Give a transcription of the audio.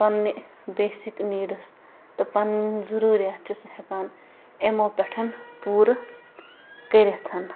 پنٛنہِ basic needs تہٕ پَنٕنۍ ضٔروٗریات چھِ سُہ ہٮ۪کان یِمَو پٮ۪ٹھ پوٗرٕ کٔرِتھ